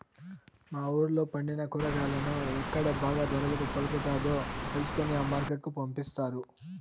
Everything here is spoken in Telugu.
మా వూళ్ళో పండిన కూరగాయలను ఎక్కడ బాగా ధర పలుకుతాదో తెలుసుకొని ఆ మార్కెట్ కు పంపిస్తారు